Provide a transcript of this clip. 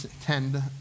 tend